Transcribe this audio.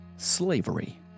slavery